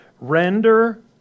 Render